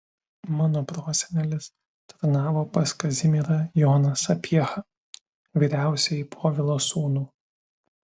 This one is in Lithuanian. mano prosenelis tarnavo pas kazimierą joną sapiehą vyriausiąjį povilo sūnų